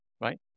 right